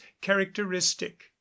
characteristic